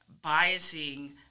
biasing